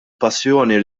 passjoni